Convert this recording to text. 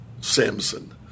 Samson